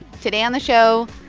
today on the show,